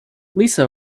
lisa